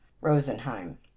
Rosenheim